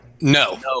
No